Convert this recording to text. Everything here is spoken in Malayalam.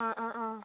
ആ ആ ആ